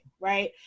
right